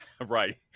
Right